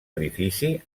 edifici